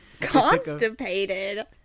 Constipated